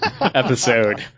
episode